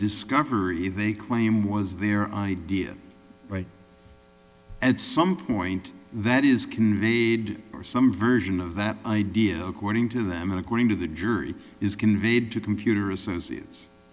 discovery they claim was their idea right and some point that is conveyed or some version of that idea according to them according to the jury is conveyed to computer associates